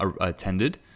attended